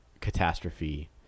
catastrophe